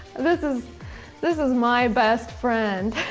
this is this is my best friend